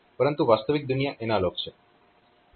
પરંતુ વાસ્તવિક દુનિયા એનાલોગ છે